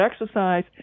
exercise